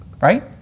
Right